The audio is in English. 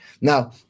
Now